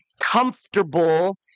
comfortable